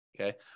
Okay